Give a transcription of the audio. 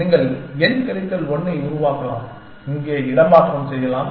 நீங்கள் n கழித்தல் 1 ஐ உருவாக்கலாம் இங்கே இடமாற்றம் செய்யலாம்